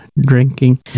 drinking